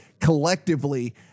collectively